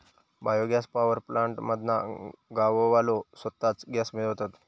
bio gas power plant मधना गाववाले स्वताच गॅस मिळवतत